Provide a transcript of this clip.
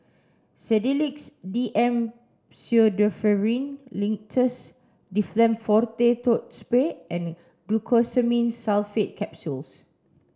Sedilix D M Pseudoephrine Linctus Difflam Forte Throat Spray and Glucosamine Sulfate Capsules